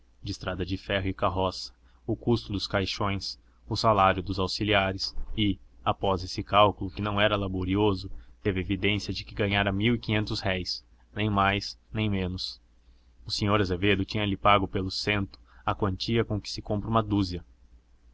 de estrada de ferro e carroça o custo dos caixões o salário dos auxiliares e após esse cálculo que não era laborioso teve a evidência de que ganhara mil e quinhentos réis nem mais nem menos o senhor azevedo tinha-lhe pago pelo tanto a quantia com que se compra uma dúzia